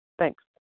Thanks